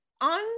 on